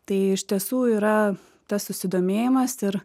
tai iš tiesų yra tas susidomėjimas ir